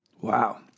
Wow